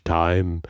time